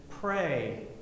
pray